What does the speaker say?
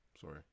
sorry